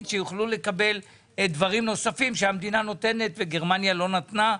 יוכלו לקבל דברים נוספים שהמדינה נותנת וגרמניה לא נתנה,